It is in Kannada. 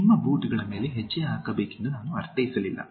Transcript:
ನಿಮ್ಮ ಬೂಟುಗಳ ಮೇಲೆ ಹೆಜ್ಜೆ ಹಾಕಬೇಕೆಂದು ನಾನು ಅರ್ಥೈಸಲಿಲ್ಲ